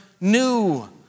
new